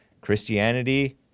Christianity